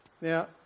Now